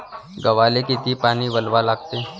गव्हाले किती पानी वलवा लागते?